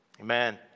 amen